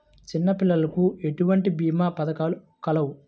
చిన్నపిల్లలకు ఎటువంటి భీమా పథకాలు కలవు?